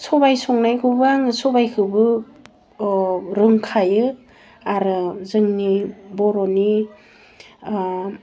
सबाय संनायखौबो आङो सबायखौबो अह रोंखायो आरो जोंनि बर'नि